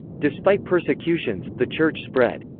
despite persecutions, the church spread.